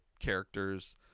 characters